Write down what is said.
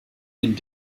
and